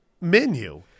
menu